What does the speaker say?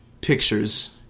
pictures